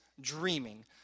dreaming